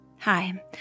Hi